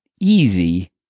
easy